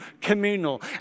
communal